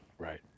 Right